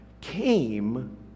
came